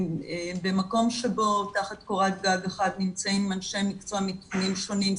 במקום שבו תחת קורת גג אחת נמצאים אנשי מקצוע מתחומים שונים,